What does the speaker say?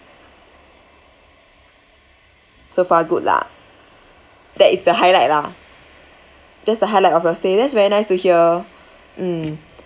so far good lah that is the highlight lah that's the highlight of our stay that's very nice to hear mm